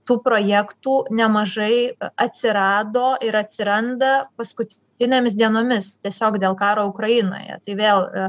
tų projektų nemažai atsirado ir atsiranda paskutinėmis dienomis tiesiog dėl karo ukrainoje tai vėl